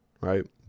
right